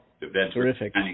Terrific